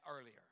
earlier